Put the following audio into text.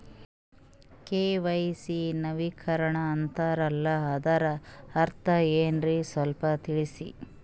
KYC ನವೀಕರಣ ಅಂತಾರಲ್ಲ ಅದರ ಅರ್ಥ ಏನ್ರಿ ಸ್ವಲ್ಪ ತಿಳಸಿ?